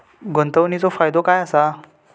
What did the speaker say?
गुंतवणीचो फायदो काय असा?